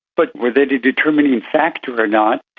but were they the determining factor or not?